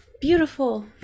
beautiful